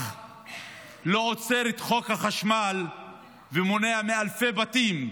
אח לא עוצר את חוק החשמל ומונע מאלפי בתים,